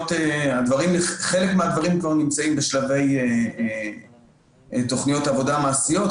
חלק מהדברים כבר נמצאים בשלבי תוכניות עבודה מעשיות,